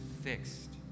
fixed